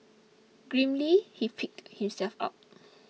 grimly he picked himself up